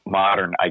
modern